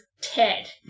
Ted